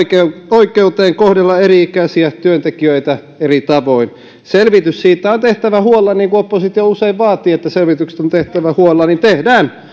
oikeuteen kohdella eri ikäisiä työntekijöitä eri tavoin selvitys siitä on tehtävä huolella niin kuin oppositio usein vaatii että selvitykset on tehtävä huolella joten tehdään